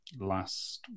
last